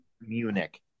Munich